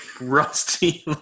Rusty